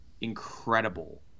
Incredible